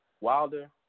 Wilder